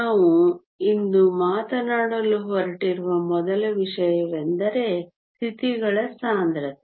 ನಾವು ಇಂದು ಮಾತನಾಡಲು ಹೊರಟಿರುವ ಮೊದಲ ವಿಷಯವೆಂದರೆ ಸ್ಥಿತಿಗಳ ಸಾಂದ್ರತೆ